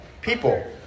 people